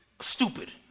stupid